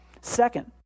Second